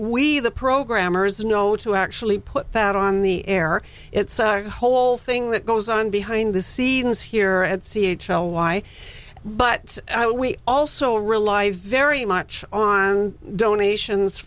we the programmers know to actually put that on the air it's the whole thing that goes on behind the scenes here at c h l y but we also rely very much on donations